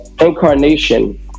incarnation